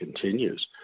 continues